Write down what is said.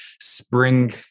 spring